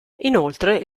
inoltre